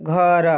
ଘର